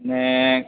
ને